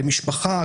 למשפחה.